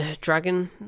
Dragon